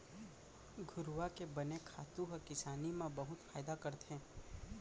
घुरूवा के बने खातू ह किसानी म बहुत फायदा करथे